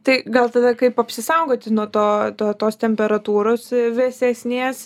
tai gal tada kaip apsisaugoti nuo to to tos temperatūros vėsesnės